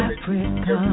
Africa